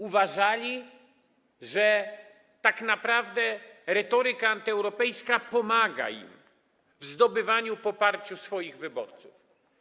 Uważali, że tak naprawdę retoryka antyeuropejska pomaga im w zdobywaniu poparcia swoich wyborców.